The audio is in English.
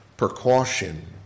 precaution